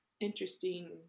interesting